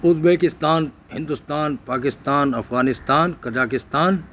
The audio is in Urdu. Uzbekistan Hindustan Pakistan Afghanistan Kazakhstan